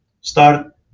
start